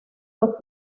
los